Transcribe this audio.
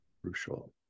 crucial